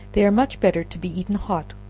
they are much better to be eaten hot,